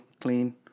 clean